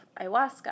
ayahuasca